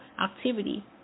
activity